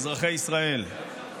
אזרחי ישראל,